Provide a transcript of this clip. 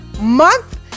month